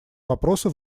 вопросы